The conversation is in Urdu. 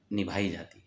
نبھائی جاتی ہے